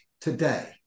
today